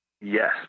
Yes